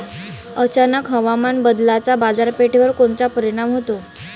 अचानक हवामान बदलाचा बाजारपेठेवर कोनचा परिणाम होतो?